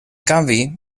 canvi